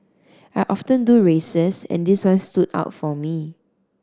I often do races and this one stood out for me